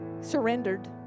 surrendered